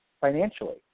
financially